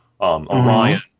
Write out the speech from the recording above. Orion